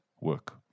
work